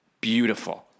beautiful